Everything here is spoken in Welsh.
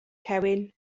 gewyn